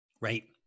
Right